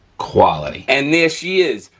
quality. and there she is,